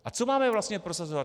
A co máme vlastně prosazovat?